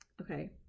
okay